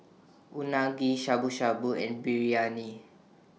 Unagi Shabu Shabu and Biryani